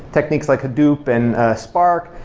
techniques like hadoop and spark,